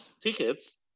tickets